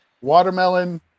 watermelon